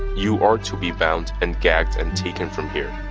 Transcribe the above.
you are to be bound and gagged and taken from here.